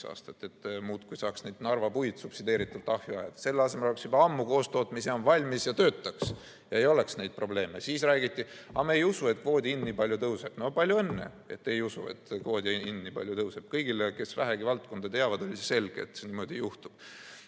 aastat –, et saaks Narvas puid subsideeritult ahju ajada. Selle asemel oleks juba ammu koostootmisjaam valmis ja töötaks ja ei oleks neid probleeme. Siis räägiti, et me ei usu, et kvoodi hind nii palju tõuseb. Palju õnne, et ei ole uskunud, et kvoodi hind nii palju tõuseb! Kõigile, kes vähegi valdkonda teavad, oli selge, et niimoodi juhtub.